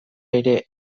bere